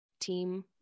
team